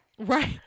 Right